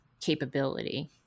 capability